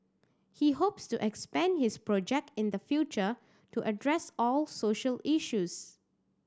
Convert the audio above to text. he hopes to expand his project in the future to address all social issues